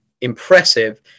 impressive